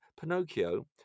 Pinocchio